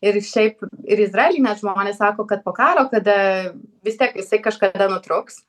ir šiaip ir izraely net žmonės sako kad po karo kada vis tiek jisai kažkada nutrūks